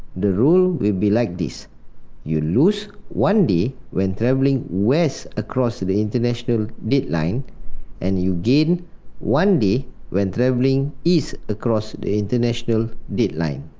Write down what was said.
the rule will be like this you lose one day when travelling west across the international dateline and, you gain one day when travelling east across the international dateline.